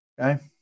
Okay